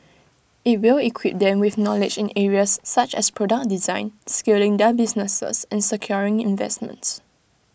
IT will equip them with knowledge in areas such as product design scaling their businesses and securing investments